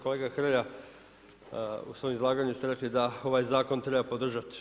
Kolega Hrelja, u svoje izlaganju ste rekli da ovaj zakon treba podržati.